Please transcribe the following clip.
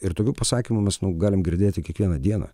ir tokių pasakymų mes nu galim girdėti kiekvieną dieną